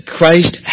Christ